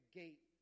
gate